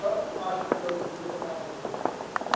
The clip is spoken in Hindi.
बस पाँच मिनट और रुकिए बस आ गया है